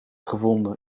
gevonden